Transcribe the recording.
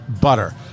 butter